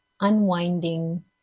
Unwinding